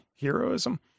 heroism